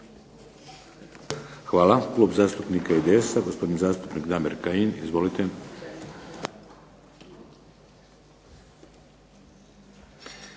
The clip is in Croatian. Hvala. Klub zastupnika IDS-a, gospodin zastupnik Damir Kajin. Izvolite.